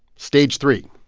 stage three,